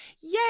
yay